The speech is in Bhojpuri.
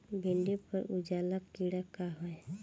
भिंडी पर उजला कीड़ा का है?